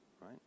right